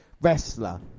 wrestler